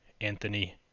Anthony